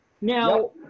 Now